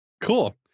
Cool